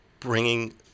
bringing